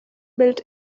built